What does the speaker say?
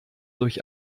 durch